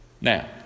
Now